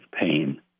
pain